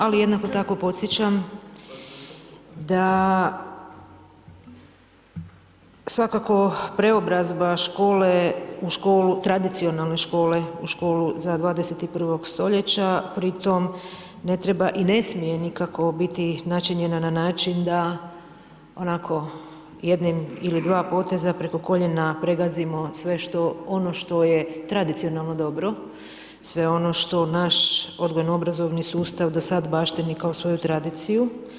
Ali, jednako tako podsjećam da svakako preobrazba škole, tradicionalne škole u školu za 21. st. pri tom ne treba i ne smije nikako biti načinjena na način da onako jednim ili dva poteza preko koljena pregazimo sve ono što je tradicionalno dobro, sve ono što naš odgojno-obrazovni sustav baštini kao svoju tradiciju.